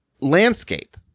landscape